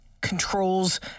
controls